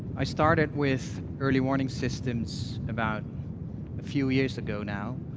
i started with early warning systems about a few years ago now,